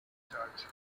church